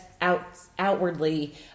outwardly